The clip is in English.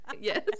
yes